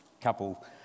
couple